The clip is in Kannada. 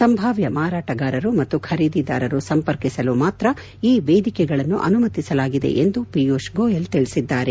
ಸಂಭಾವ್ಯ ಮಾರಾಟಗಾರರು ಮತ್ತು ಖರೀದಿದಾರರು ಸಂಪರ್ಕಿಸಲು ಮಾತ್ರ ಈ ವೇದಿಕೆಗಳನ್ನು ಅನುಮತಿಸಲಾಗಿದೆ ಎಂದು ಪಿಯೂಶ್ ಗೋಯಲ್ ತಿಳಿಸಿದ್ದಾರೆ